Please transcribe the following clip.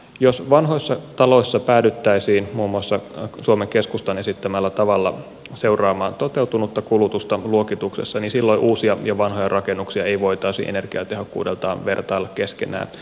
jos vanhoissa taloissa päädyttäisiin muun muassa suomen keskustan esittämällä tavalla seuraamaan toteutunutta kulutusta luokituksessa niin silloin uusia ja vanhoja rakennuksia ei voitaisi energiatehokkuudeltaan vertailla keskenään